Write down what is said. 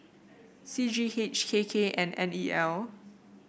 C G H K K and N E L